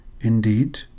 Indeed